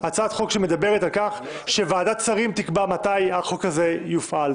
זאת הצעת חוק שמדברת על כך שוועדת שרים תקבע מתי החוק הזה יופעל.